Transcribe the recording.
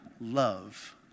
love